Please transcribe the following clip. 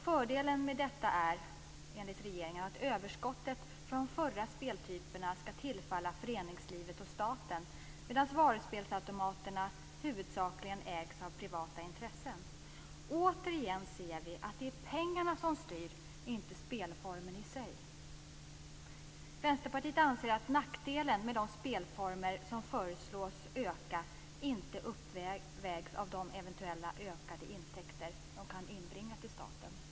Fördelen med detta är, enligt regeringen, att överskottet från de övriga speltyperna skall tillfalla föreningslivet och staten, medan varuspelsautomaterna huvudsakligen ägs av privata intressen. Återigen ser vi att det är pengarna som styr - inte spelformen i sig. Vänsterpartiet anser att nackdelen med de spelformer som föreslås öka inte uppvägs av de eventuella ökade intäkter de kan inbringa till staten.